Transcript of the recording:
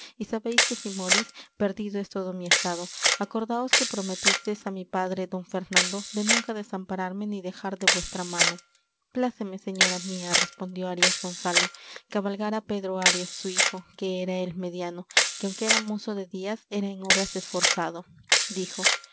y sabéis que si morís perdido es todo mi estado acordaos que prometistes á mi padre don fernando de nunca desampararme ni dejar de vuestra mano pláceme señora mía respondió arias gonzalo cabalgara pedro arias su hijo que era el mediano que aunque era mozo de días era en obras esforzado dijo